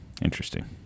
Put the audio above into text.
interesting